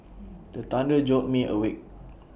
the thunder jolt me awake